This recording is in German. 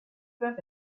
quebec